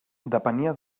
depenia